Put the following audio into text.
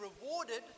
rewarded